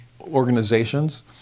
organizations